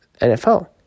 NFL